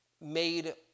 made